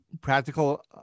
practical